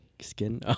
skin